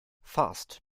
fast